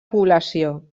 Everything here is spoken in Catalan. població